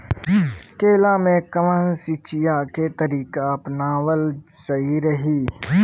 केला में कवन सिचीया के तरिका अपनावल सही रही?